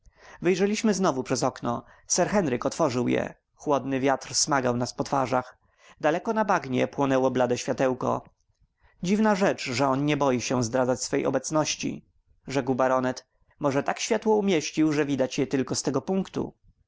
wyjrzeliśmy znowu przez okno sir henryk otworzył je chłodny wiatr smagnął nas po twarzach daleko na bagnie płonęło blade światełko dziwna rzecz że on nie boi się zdradzać swej obecności rzekł baronet może tak światło umieścił że widać je tylko z tego punktu